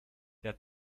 der